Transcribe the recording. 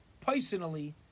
personally